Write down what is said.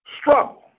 struggle